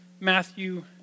Matthew